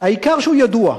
העיקר שהוא ידוע.